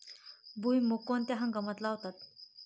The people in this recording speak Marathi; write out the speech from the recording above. भुईमूग कोणत्या हंगामात लावतात?